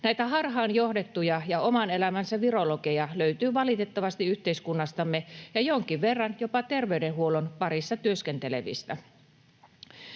Näitä harhaan johdettuja ja oman elämänsä virologeja löytyy valitettavasti yhteiskunnastamme, jonkin verran jopa terveydenhuollon parissa työskentelevistä.